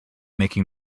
making